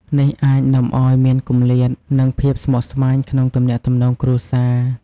នេះអាចនាំឲ្យមានគម្លាតរ និងភាពស្មុគស្មាញក្នុងទំនាក់ទំនងគ្រួសារ។